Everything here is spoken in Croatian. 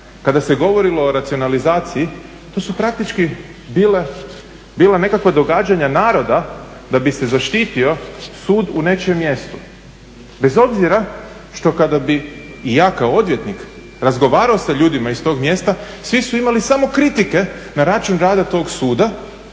kada se govorilo o racionalizaciji, to su praktički bile, bila nekakva događanja naroda da bi se zaštitio sud u nečijem mjestu bez obzira što kada bi i ja kao odvjetnik razgovarao s ljudima iz tog mjesta svi su imali samo kritike na račun rada tog suda